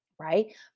right